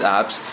apps